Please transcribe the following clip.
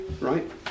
right